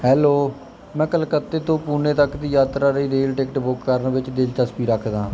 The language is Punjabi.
ਹੈਲੋ ਮੈਂ ਕਲਕੱਤੇ ਤੋਂ ਪੁਣੇ ਤੱਕ ਦੀ ਯਾਤਰਾ ਲਈ ਰੇਲ ਟਿਕਟ ਬੁੱਕ ਕਰਨ ਵਿੱਚ ਦਿਲਚਸਪੀ ਰੱਖਦਾ ਹਾਂ